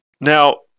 Now